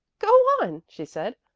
go on, she said.